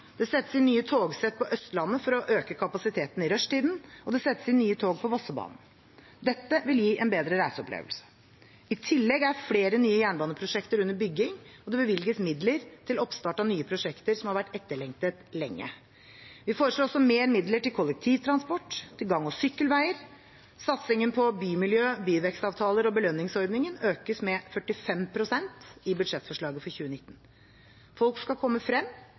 Det settes inn nye togsett på Østlandet for å øke kapasiteten i rushtiden, og det settes inn nye tog på Vossebanen. Dette vil gi en bedre reiseopplevelse. I tillegg er flere nye jernbaneprosjekter under bygging, og det bevilges midler til oppstart av nye prosjekter som har vært etterlengtet lenge. Vi foreslår også mer midler til kollektivtransport og til gang- og sykkelveier. Satsingen på bymiljø- og byvekstavtaler og belønningsordningen økes med 45 pst. i budsjettforslaget for 2019. Folk skal komme frem